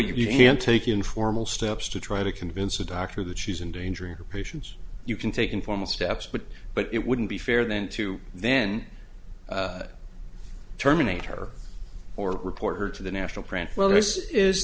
you can't take informal steps to try to convince a doctor that she's endangering her patients you can take informal steps but but it wouldn't be fair then to then terminate her or report her to the national print well this is